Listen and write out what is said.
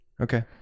Okay